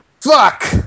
Fuck